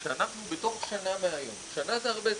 שאנחנו בתוך שנה מהיום, שנה זה הרבה זמן,